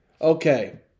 Okay